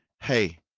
Hey